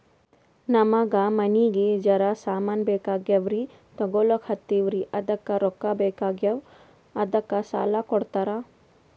ನಮಗ ಮನಿಗಿ ಜರ ಸಾಮಾನ ಬೇಕಾಗ್ಯಾವ್ರೀ ತೊಗೊಲತ್ತೀವ್ರಿ ಅದಕ್ಕ ರೊಕ್ಕ ಬೆಕಾಗ್ಯಾವ ಅದಕ್ಕ ಸಾಲ ಕೊಡ್ತಾರ?